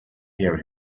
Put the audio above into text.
hear